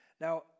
Now